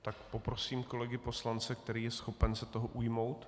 Tak poprosím kolegy poslance, kdo je schopen se toho ujmout?